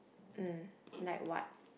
mm like what